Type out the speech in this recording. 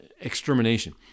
extermination